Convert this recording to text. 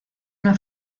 una